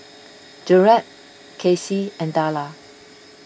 Gerald Kassie and Darla